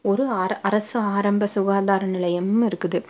ஒரு அர அரசு ஆரம்பம் சுகாதாரம் நிலையமும் இருக்குது